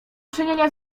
czynienia